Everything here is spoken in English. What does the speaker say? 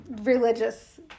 religious